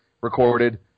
recorded